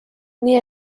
nii